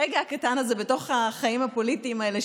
הרגע הקטן הזה בתוך החיים הפוליטיים האלה,